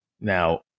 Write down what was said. Now